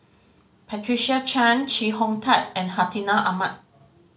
Patricia Chan Chee Hong Tat and Hartinah Ahmad